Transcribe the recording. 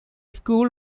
school